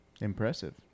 Impressive